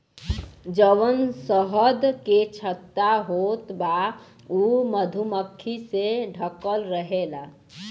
जवन शहद के छत्ता होत बा उ मधुमक्खी से ढकल रहेला